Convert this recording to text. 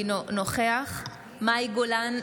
אינו נוכח מאי גולן,